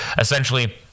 essentially